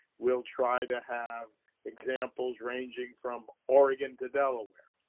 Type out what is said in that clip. we'll try to have examples ranging from oregon to delaware.